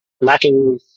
lacking